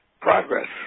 progress